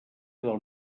del